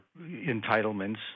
entitlements –